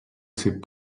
ses